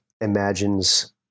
imagines